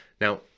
Now